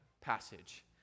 passage